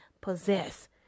possess